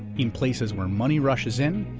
in places where money rushes in,